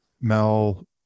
Mel